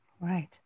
Right